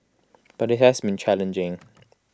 but IT has been challenging